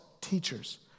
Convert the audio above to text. teachers